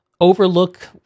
overlook